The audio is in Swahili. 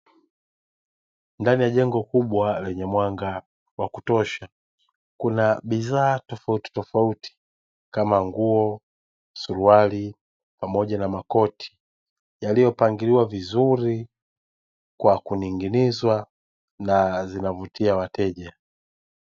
Ndani ya jengo kubwa lenye mwanga wa kutosha kuna bidhaa tofautitofauti kama vile nguo, suruali pamoja na makoti, yaliyopangiliwa vizuri kwa kuning'inizwa na zinavutia wateja.